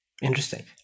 interesting